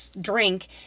drink